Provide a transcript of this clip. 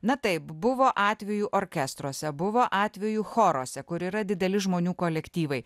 na taip buvo atvejų orkestruose buvo atvejų choruose kur yra dideli žmonių kolektyvai